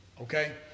Okay